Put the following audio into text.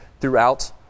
throughout